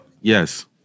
Yes